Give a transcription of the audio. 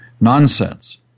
Nonsense